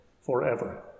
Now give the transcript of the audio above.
forever